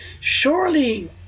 surely